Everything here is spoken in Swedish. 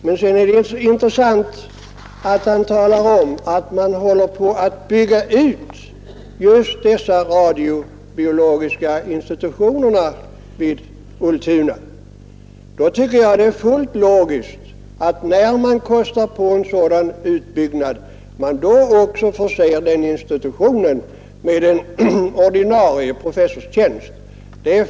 Men det är intressant att han talar om att man håller på att bygga ut den radiobiologiska institutionen vid Ultuna. Då man kostar på en sådan utbyggnad tycker jag det är fullt logiskt att man också förser institutionen med en ordinarie professorstjänst.